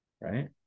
Right